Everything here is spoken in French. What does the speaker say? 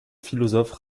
philosophe